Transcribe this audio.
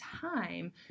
time